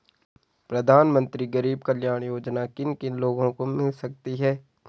प्रधानमंत्री गरीब कल्याण योजना किन किन लोगों को मिल सकती है?